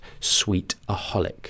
sweetaholic